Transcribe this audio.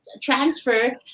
transfer